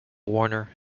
warner